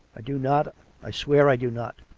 i do not i swear i do not.